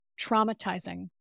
traumatizing